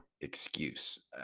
excuse